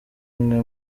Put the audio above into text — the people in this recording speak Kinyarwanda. umwe